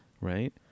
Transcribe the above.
right